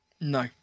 No